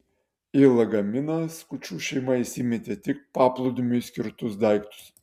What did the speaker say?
į lagaminą skučų šeimą įsimetė tik paplūdimiui skirtus daiktus